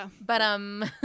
but-um